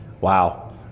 wow